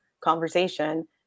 conversation